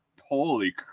holy